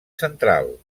central